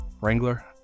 Wrangler